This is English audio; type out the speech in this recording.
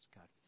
God